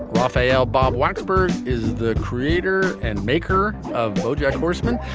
rafaelle, bob weisberg is the creator and maker of bojack horseman.